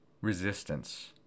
resistance